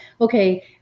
okay